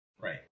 Right